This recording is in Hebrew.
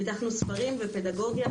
פיתחנו ספרים ופדגוגיה,